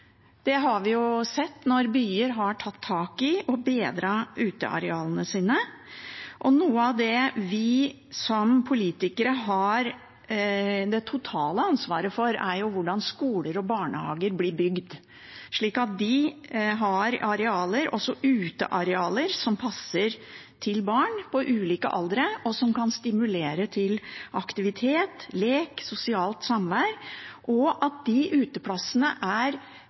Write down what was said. det har vi jo sett når byer har tatt tak i og bedret utearealene sine. Noe av det vi som politikere har det totale ansvaret for, er hvordan skoler og barnehager blir bygd, slik at de har arealer, også utearealer, som passer til barn i ulike aldre, og som kan stimulere til aktivitet, lek og sosialt samvær, og at de uteplassene er